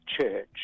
church